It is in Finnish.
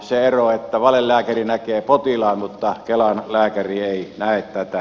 se ero että valelääkäri näkee potilaan mutta kelan lääkäri ei näe tätä